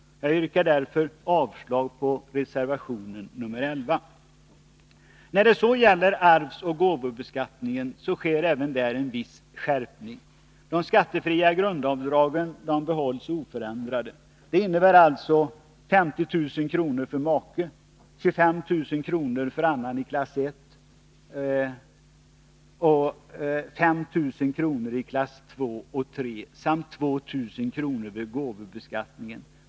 Jag yrkar därför avslag på reservation 11. Även när det gäller arvsoch gåvobeskattningen sker en viss skärpning. De skattefria grundavdragen behålls oförändrade. Detta innebär 50 000 kr. för make, 25 000 kr. för annan i klass I, 5 000 kr. i klass II och III samt 2 000 kr. vid gåvobeskattning.